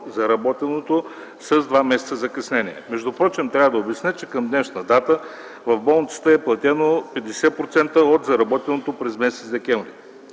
заработеното с два месеца закъснение. Трябва да обясня, че към днешна дата в болницата е платено 50% от заработеното през м. декември.